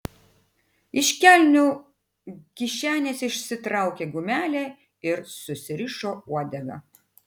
iš kelnių kišenės išsitraukė gumelę ir susirišo uodegą